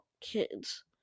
kids